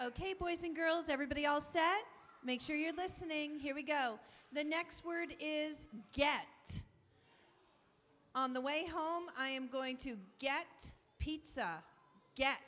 ok boys and girls everybody else said make sure you're listening here we go the next word is get on the way home i'm going to get pizza